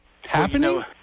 happening